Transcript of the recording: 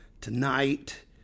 tonight